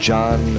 John